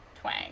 twang